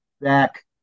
back